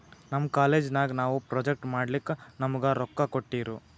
ನಮ್ ಕಾಲೇಜ್ ನಾಗ್ ನಾವು ಪ್ರೊಜೆಕ್ಟ್ ಮಾಡ್ಲಕ್ ನಮುಗಾ ರೊಕ್ಕಾ ಕೋಟ್ಟಿರು